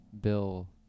bill